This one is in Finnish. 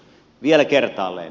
vielä kertaalleen